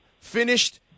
finished